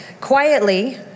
Quietly